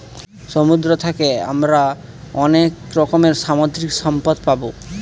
সমুদ্র থাকে আমরা অনেক রকমের সামুদ্রিক সম্পদ পাবো